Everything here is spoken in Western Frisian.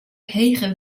hege